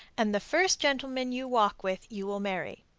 and the first gentleman you walk with you will marry.